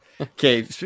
Okay